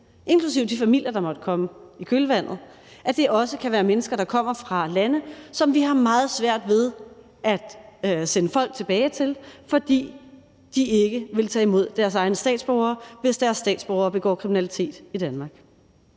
inklusive de familier, der måtte komme i kølvandet, også kan være mennesker, der kommer fra lande, som vi har meget svært ved at sende folk tilbage til, fordi de ikke vil tage imod deres egne statsborgere, hvis deres statsborgere begår kriminalitet i Danmark.